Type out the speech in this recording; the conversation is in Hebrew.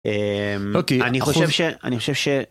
אוקיי אני חושב שאני חושב ש